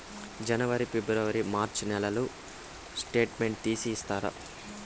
జనవరి, ఫిబ్రవరి, మార్చ్ నెలల స్టేట్మెంట్ తీసి ఇస్తారా?